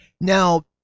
Now